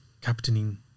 captaining